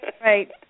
Right